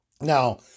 Now